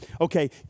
Okay